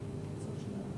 הצבעה.